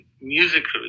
musically